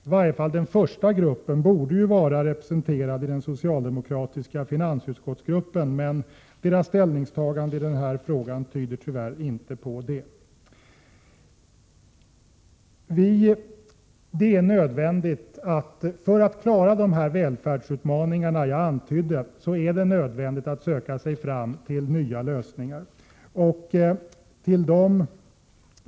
I varje fall den första gruppen borde ju vara representerad i den socialdemokratiska finansutskottsgruppen, men dess ställningstaganden i detta betänkande tyder tyvärr inte på det. För att klara bl.a. de välfärdsutmaningar jag nämnde är det nödvändigt att söka sig fram till nya lösningar.